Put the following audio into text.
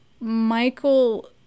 Michael